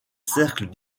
cercles